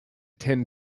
ten